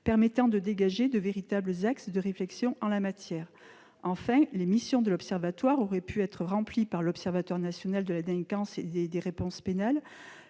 permet de dégager de véritables axes de réflexion en la matière. Les missions de cet observatoire auraient pu être exercées par l'Observatoire national de la délinquance et des réponses pénales,